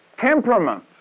temperament